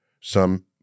Some-